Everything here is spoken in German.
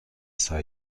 sei